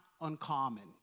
uncommon